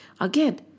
Again